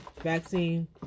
vaccine